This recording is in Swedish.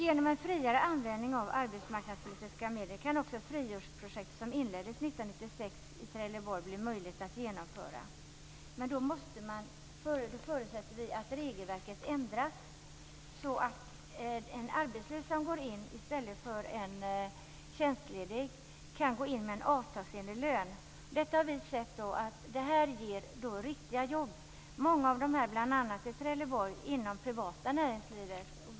Genom en friare användning av arbetsmarknadspolitiska medel kan det bli möjligt att i hela landet genomföra den typ av friårsprojekt som inleddes år 1996 i Trelleborg men då förutsätter vi att regelverket ändras. En arbetslös som går in i stället för en tjänstledig skall kunna göra det med avtalsenlig lön. Vi har sett att detta ger riktiga jobb - många bl.a. i Trelleborg inom det privata näringslivet.